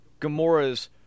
Gamora's